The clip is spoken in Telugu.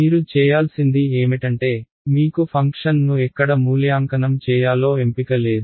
మీరు చేయాల్సింది ఏమిటంటే మీకు ఫంక్షన్ను ఎక్కడ మూల్యాంకనం చేయాలో ఎంపిక లేదు